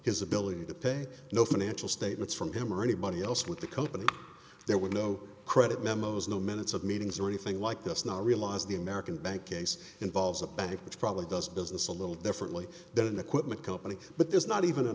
his ability to pay no financial statements from him or anybody else with the company there were no credit memos no minutes of meetings or anything like this now i realize the american bank case involves a bank which probably does business a little differently than equipment company but there's not even